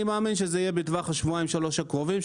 אני מאמין שנסיים את השניים בטווח השבועיים-שלושה הקרובים.